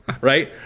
right